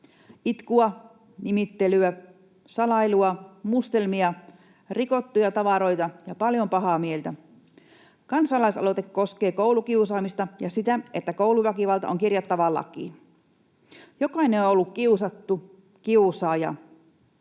itkua, nimittelyä, salailua, mustelmia, rikottuja tavaroita ja paljon pahaa mieltä. Kansalaisaloite koskee koulukiusaamista ja sitä, että kouluväkivalta on kirjattava lakiin. Jokainen on ollut kiusattu tai kiusaaja